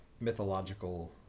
mythological